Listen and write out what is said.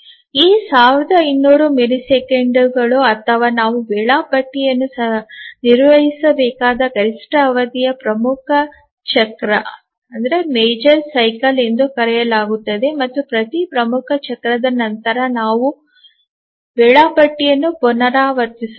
ಈ 1200 ಮಿಲಿಸೆಕೆಂಡ್ ಅಥವಾ ನಾವು ವೇಳಾಪಟ್ಟಿಯನ್ನು ನಿರ್ವಹಿಸಬೇಕಾದ ಗರಿಷ್ಠ ಅವಧಿಯನ್ನು ಪ್ರಮುಖ ಚಕ್ರ ಎಂದು ಕರೆಯಲಾಗುತ್ತದೆ ಮತ್ತು ಪ್ರತಿ ಪ್ರಮುಖ ಚಕ್ರದ ನಂತರ ನಾವು ವೇಳಾಪಟ್ಟಿಯನ್ನು ಪುನರಾವರ್ತಿಸುತ್ತೇವೆ